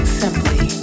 simply